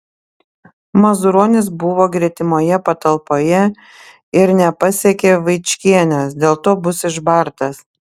mazuronis buvo gretimoje patalpoje ir nepasiekė vaičkienės dėl to bus išbartas